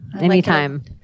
Anytime